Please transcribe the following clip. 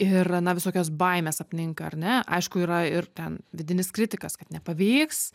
ir na visokios baimės apninka ar ne aišku yra ir ten vidinis kritikas kad nepavyks